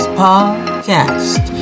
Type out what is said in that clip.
podcast